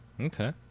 Okay